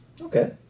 Okay